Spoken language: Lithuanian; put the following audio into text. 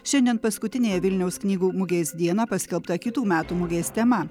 šiandien paskutiniąją vilniaus knygų mugės dieną paskelbta kitų metų mugės tema